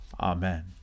Amen